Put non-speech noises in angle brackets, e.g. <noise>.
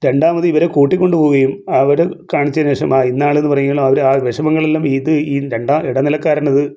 രണ്ടാമതിവരെ കൂട്ടിക്കൊണ്ട് പോവുകയും അവര് കാണിച്ചതിന് ശേഷം ആ ഇന്നയാള് ഇത് പറയും <unintelligible> അവര് ആ വിഷമങ്ങളെല്ലാം ഇത് ഈ രണ്ടാം ഇടനിലക്കാരനത്